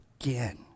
again